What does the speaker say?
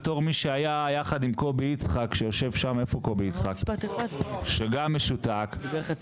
רפורמת נפש אחת אושרה על ידי ממשלת